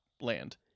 land